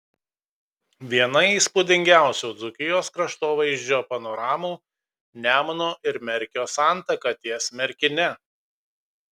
viena įspūdingiausių dzūkijos kraštovaizdžio panoramų nemuno ir merkio santaka ties merkine